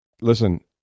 Listen